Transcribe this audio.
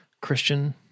Christian